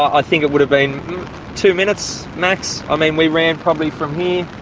i think it would have been two minutes max. i mean we ran probably from